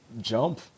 jump